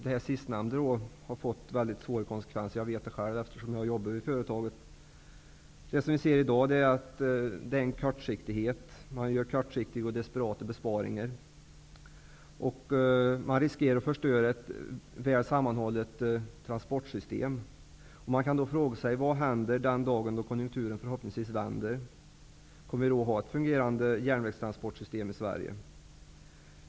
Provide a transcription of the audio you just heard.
Det sistnämnda har fått mycket svåra konsekvenser. Jag vet det, eftersom jag jobbar i företaget. Man gör i dag kortsiktiga och desperata besparingar. Man riskerar att förstöra ett väl sammanhållet transportsystem. Man kan fråga sig vad som händer den dag då konjunkturen förhoppningsvis vänder. Kommer vi då att ha ett fungerande järnvägstransportsystem i Sverige?